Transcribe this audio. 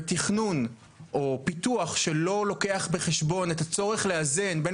ותכנון או פיתוח שלא לוקח בחשבון את הצורך לאזן בין